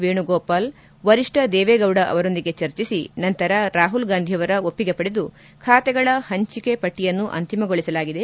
Venugopal JDS ವರಿಷ್ಣ ದೇವೇಗೌಡ ಅವರೊಂದಿಗೆ ಚರ್ಚಿಸಿ ನಂತರ ರಾಹುಲ್ ಗಾಂಧಿಯವರ ಒಪ್ಪಿಗೆ ಪಡೆದು ಚಾತೆಗಳ ಪಂಚಿಕೆ ಪಟ್ಟಯನ್ನು ಅಂತಿಮಗೊಳಿಸಲಾಗಿದೆ